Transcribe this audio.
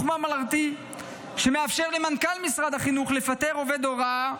ממלכתי שמאפשר למנכ"ל משרד החינוך לפטר עובד הוראה,